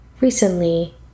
recently